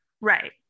Right